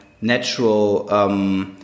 natural